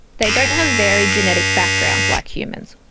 they don't have varied genetic backgrounds like humans,